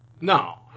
No